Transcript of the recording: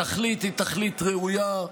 התכלית היא תכלית ראויה.